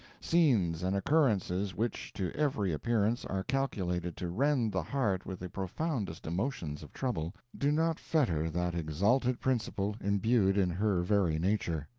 scenes and occurrences which, to every appearance, are calculated to rend the heart with the profoundest emotions of trouble, do not fetter that exalted principle imbued in her very nature.